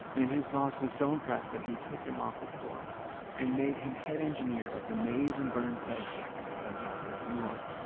and his boss was so impressed that he took him off the floor and made him head engineer of the maize and burns bed factory of yonkers, new york.